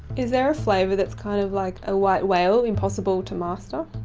is there a flavour that's kind of like a white whale, impossible to master?